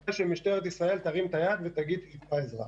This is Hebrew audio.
ואחכה שמשטרת ישראל תרים את היד ותגיד שהיא צריכה עזרה.